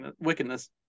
wickedness